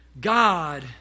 God